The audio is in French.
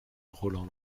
roland